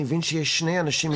אני מבין שיש שני אנשים,